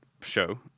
show